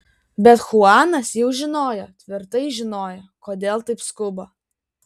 bet chuanas jau žinojo tvirtai žinojo kodėl taip skuba